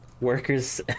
workers